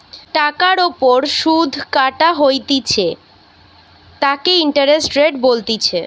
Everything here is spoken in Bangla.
টাকার ওপর সুধ কাটা হইতেছে তাকে ইন্টারেস্ট রেট বলতিছে